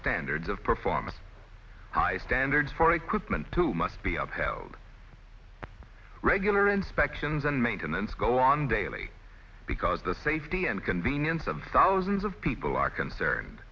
standards of performance high standards for equipment too must be upheld regular inspections and maintenance go on daily because the safety and convenience of thousands of people are concerned